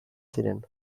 ziren